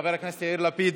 חבר הכנסת יאיר לפיד.